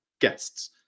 Guests